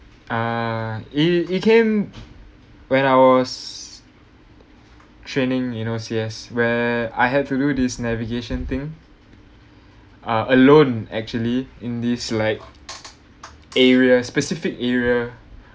uh it it came when I was training in O_C_S where I had to do this navigation thing ah alone actually in this like area specific area